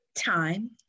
time